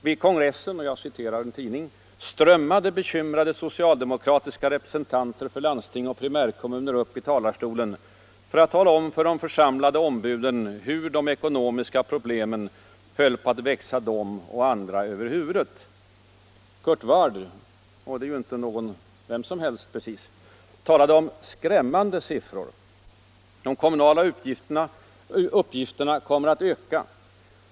Vid kongressen — jag citerar ur en tidning — ”strömmade bekymrade socialdemokratiska representanter för landsting och primärkommuner upp i talarstolen för att tala om för de församlade ombuden hur de ekonomiska problemen höll på att växa dem och andra över huvudet”. Kurt Ward — och det är ju inte någon vem som helst — talade om ”skrämmande siffror”. De kommunala uppgifterna kommer att öka.